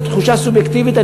זו תחושה סובייקטיבית,